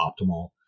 optimal